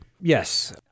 Yes